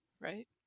right